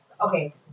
okay